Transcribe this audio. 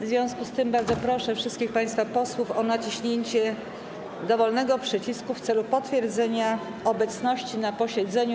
W związku z tym bardzo proszę wszystkich państwa posłów o naciśnięcie dowolnego przycisku w celu potwierdzenia obecności na posiedzeniu.